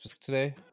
today